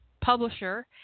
publisher